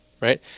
right